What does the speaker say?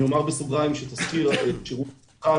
אני אומר בסוגריים שתסקיר שירות המבחן